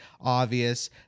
obvious